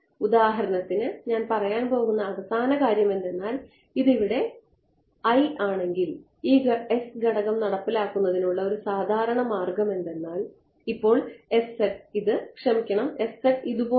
ഉദാഹരണത്തിന് ഞാൻ പറയാൻ പോകുന്ന അവസാന കാര്യം എന്തെന്നാൽ ഇത് ഇവിടെ L ആണെങ്കിൽ ഈ S ഘടകം നടപ്പിലാക്കുന്നതിനുള്ള ഒരു സാധാരണ മാർഗം എന്തെന്നാൽ ഇപ്പോൾ ഇത് ക്ഷമിക്കണം ഇതുപോലെയാണ്